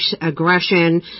aggression